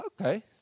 okay